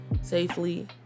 safely